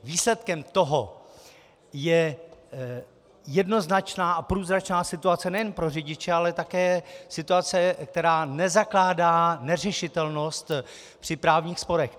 Výsledkem toho je jednoznačná a průzračná situace nejen pro řidiče, ale také situace, která nezakládá neřešitelnost při právních sporech.